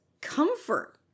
comfort